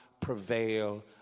prevail